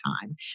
time